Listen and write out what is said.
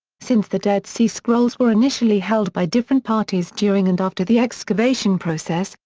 since the dead sea scrolls were initially held by different parties during and after the excavation process,